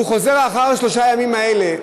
הוא חוזר לאחר שלושת הימים האלה,